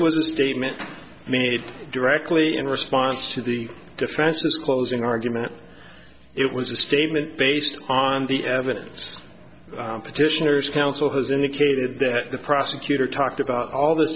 a statement made directly in response to the defense's closing argument it was a statement based on the evidence petitioners counsel has indicated that the prosecutor talked about all this